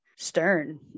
stern